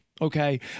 okay